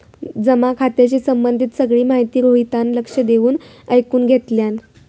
जमा खात्याशी संबंधित सगळी माहिती रोहितान लक्ष देऊन ऐकुन घेतल्यान